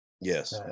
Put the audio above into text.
Yes